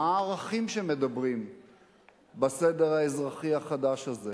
מה הערכים שמדברים בסדר האזרחי החדש הזה?